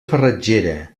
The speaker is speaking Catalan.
farratgera